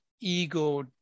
ego